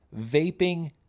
vaping